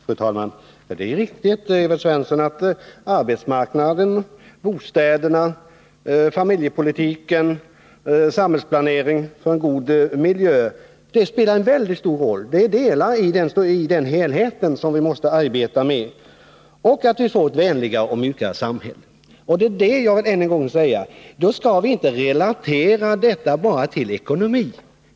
Fru talman! Det är riktigt, Evert Svensson, att arbetsmarknaden, bostäderna, familjepolitiken och samhällsplaneringen för en god miljö spelar en väldigt stor roll. Dessa områden utgör en del av den helhet som vi måste arbeta med. Vi måste också få ett vänligare och mjukare samhälle. Det är vad jag än en gång vill säga. Vi får inte bara relatera till ekonomi.